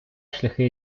шляхи